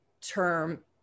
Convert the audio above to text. term